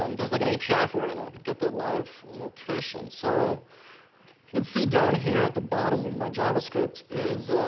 um there's like an api for it, and i could get the live location. so you'd see down here at the bottom of my javascript,